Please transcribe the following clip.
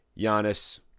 Giannis